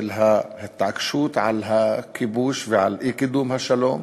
של ההתעקשות על הכיבוש ועל אי-קידום השלום,